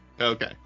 Okay